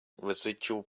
residual